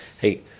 hey